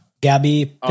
Gabby